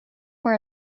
for